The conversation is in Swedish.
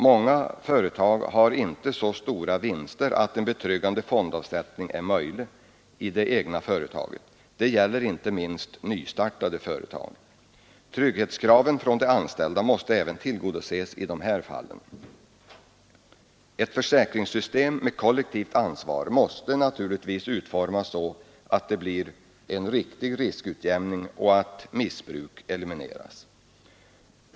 Många företag har inte så stora vinster att en betryggande fondavsättning är möjlig i det egna företaget. Det gäller inte minst nystartade företag. Trygghetskraven från de anställda måste även tillgodoses i dessa fall. Ett försäkringssystem med kollektivt ansvar måste naturligtvis utformas så att det får en riktig riskutjämning och så att missbruk elimineras.